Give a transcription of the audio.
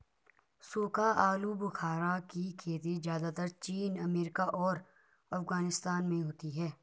सूखा आलूबुखारा की खेती ज़्यादातर चीन अमेरिका और अफगानिस्तान में होती है